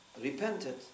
repented